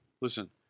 Listen